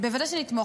ודאי שנתמוך.